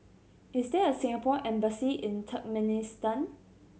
is there a Singapore Embassy in Turkmenistan